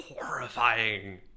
Horrifying